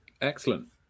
Excellent